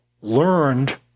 learned